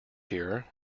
here